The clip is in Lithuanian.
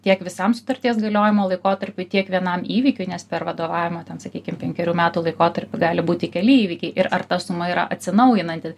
tiek visam sutarties galiojimo laikotarpiui tiek vienam įvykiui nes per vadovavimo ten sakykim penkerių metų laikotarpį gali būti keli įvykiai ir ar ta suma yra atsinaujinanti